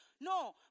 no